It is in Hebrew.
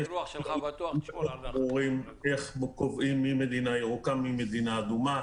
יש דברים ברורים מאוד איך קובעים מי מדינה ירוקה ומי מדינה אדומה.